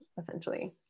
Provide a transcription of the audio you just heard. essentially